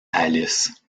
alice